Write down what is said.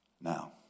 Now